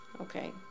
okay